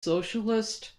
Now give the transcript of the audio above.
socialist